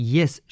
Yes